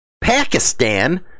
Pakistan